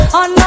on